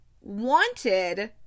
wanted